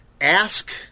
ask